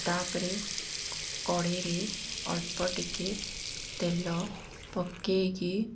ତା'ପରେ କଢ଼େଇରେ ଅଳ୍ପ ଟିକେ ତେଲ ପକେଇକି